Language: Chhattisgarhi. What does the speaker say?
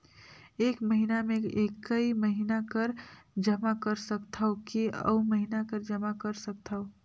एक महीना मे एकई महीना कर जमा कर सकथव कि अउ महीना कर जमा कर सकथव?